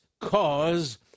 cause